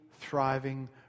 thriving